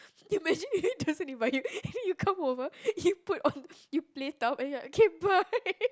imagine he doesn't invite you and then you come over and you put on you plate up and you're like okay bye